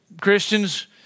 Christians